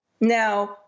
Now